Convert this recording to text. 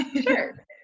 Sure